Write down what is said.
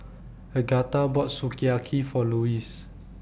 Agatha bought Sukiyaki For Lewis